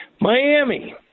Miami